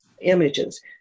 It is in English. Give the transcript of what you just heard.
Images